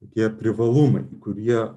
tokie privalumai kurie